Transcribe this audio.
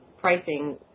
pricing –